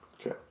Okay